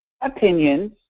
opinions